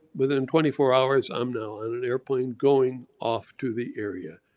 within twenty four hours i'm now on an airplane going off to the area.